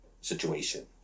situation